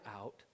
out